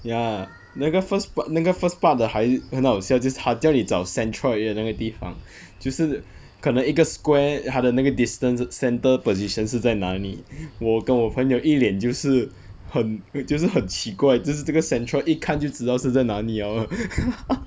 ya 那个 first part 那个 first part 的还很好笑就是它叫你找哪个 centroid 的那个地方就是可能一个 square 它的那个 distance central position 是在哪里我跟我朋友一脸就是很就是很奇怪这个 central 一看就知道是在哪里 liao leh